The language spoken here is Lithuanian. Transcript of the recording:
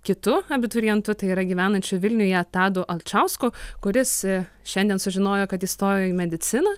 kitu abiturientu tai yra gyvenančiu vilniuje tadu alčausku kuris šiandien sužinojo kad įstojo į mediciną